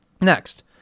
Next